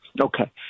Okay